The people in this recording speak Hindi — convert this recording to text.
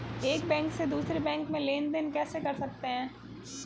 एक बैंक से दूसरे बैंक में लेनदेन कैसे कर सकते हैं?